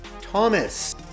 Thomas